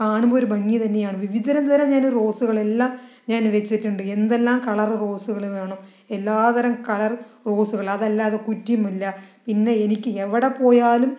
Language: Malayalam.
കാണുമ്പോൾ ഒരു ഭംഗി തന്നെയാണ് വിവിധ തരം തരം റോസുകളെല്ലാം ഞാൻ വെച്ചിട്ടുണ്ട് എന്തെല്ലാം കളർ റോസുകൾ വേണം എല്ലാ തരം കളർ റോസുകള് അതല്ലാതെ കുറ്റിമുല്ല പിന്നെ എനിക്ക് എവിടെ പോയാലും